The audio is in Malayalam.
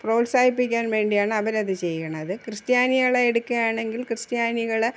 പ്രോത്സാഹിപ്പിക്കാൻ വേണ്ടിയാണ് അവർ അത് ചെയ്യണത് ക്രിസ്ത്യാനികളെ എടുക്കുകയാണെങ്കിൽ ക്രിസ്ത്യാനികളെ